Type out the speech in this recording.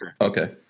okay